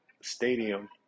stadium